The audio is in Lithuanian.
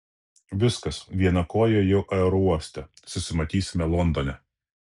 viskas viena koja jau aerouoste susimatysime londone